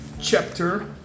Chapter